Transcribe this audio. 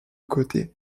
côté